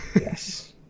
Yes